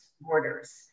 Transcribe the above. borders